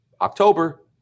October